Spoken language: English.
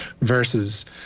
versus